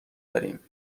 داریم